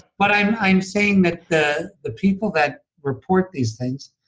but i'm i'm saying that the the people that report these things,